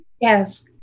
Yes